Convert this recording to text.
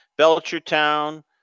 Belchertown